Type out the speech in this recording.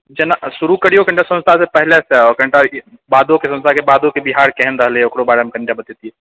जेना शुरू करिऔ कनिटा स्वतंत्रतासँ पहिले से आओर कनिटा बादोके स्वतंत्रताके बादोके बिहार केहन रहलै ओकरो बारेमे कनिटा बतैतिऐ